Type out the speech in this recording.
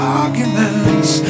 arguments